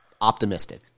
optimistic